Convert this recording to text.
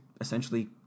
essentially